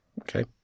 Okay